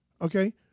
Okay